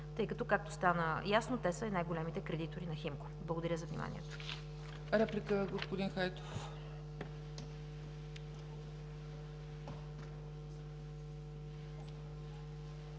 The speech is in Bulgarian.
тъй като, както стана ясно, те са и най-големите кредитори на „Химко”. Благодаря за вниманието.